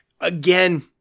again